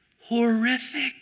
Horrific